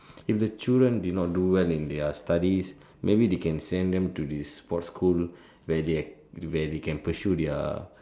if the children did not do well in their studies maybe they can send them to this sports school where they are where they can pursue their